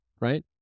right